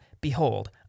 behold